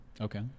Okay